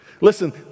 Listen